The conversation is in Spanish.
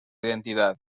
identidad